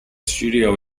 studio